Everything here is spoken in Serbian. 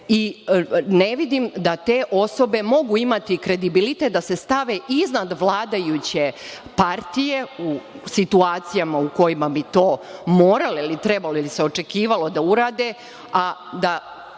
i ne vidim da te osobe mogu imati kredibilitet da se stave iznad vladajuće partije u situacijama u kojima bi to morale ili trebale, jer bi se očekivalo da urade, a da